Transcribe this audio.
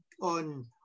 on